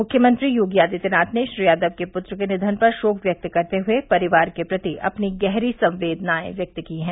मुख्यमंत्री योगी आदित्यनाथ ने श्री यादव के पूत्र के निधन पर शोक व्यक्त करते हुए परिवार के प्रति अपनी गहरी संवेदनाएं व्यक्त की है